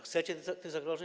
Chcecie tych zagrożeń?